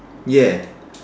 ya